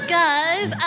guys